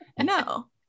No